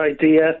idea